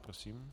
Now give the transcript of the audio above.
Prosím.